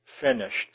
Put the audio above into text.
finished